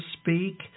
speak